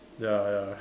ya ya